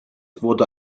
wurde